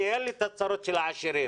אין לי את הצרות של העשירים.